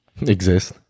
exist